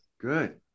Good